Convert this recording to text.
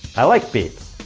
i like beeps.